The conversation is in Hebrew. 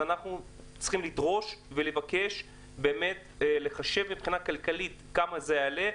אנחנו צריכים לדרוש ולבקש לחשב מבחינה כלכלית כמה זה יעלה,